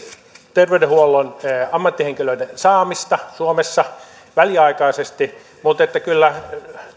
terveydenhuollon ammattihenkilöiden saamista suomessa väliaikaisesti mutta kyllä